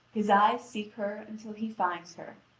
his eyes seek her until he finds her,